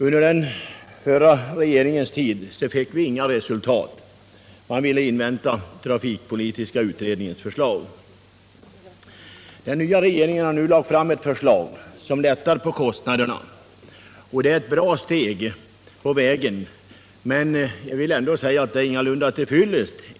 Under den förra regeringens tid nådde vi inga resultat, eftersom man först ville invänta trafikpolitiska = utredningens förslag. Den nya regeringen har nu lagt fram ett förslag Nytt system för de som minskar fraktkostnaderna, och det är ett bra steg på vägen, men = statliga sjöfartsavdet är ändå enligt min mening ingalunda till fyllest.